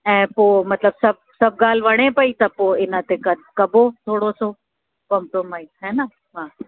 ऐं पोइ मतिलबु सभु सभु ॻाल्हि वणे पई त पोइ इन ते कबो थोरो सो कॉंप्रोमाइज़ है न हा